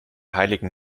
heiligen